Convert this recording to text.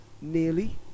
Nearly